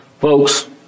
Folks